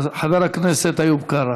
חבר הכנסת איוב קרא.